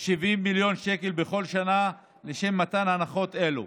70 מיליון שקל בכל שנה לשם מתן הנחות אלו.